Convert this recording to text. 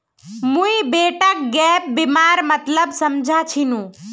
मुई बेटाक गैप बीमार मतलब समझा छिनु